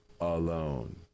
alone